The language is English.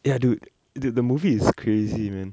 ya dude dude the movie is crazy man